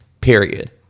period